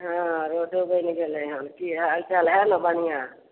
हँ रोडो बनि गेलै हन की हालचाल हय ने बढ़िआँ